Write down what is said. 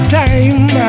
time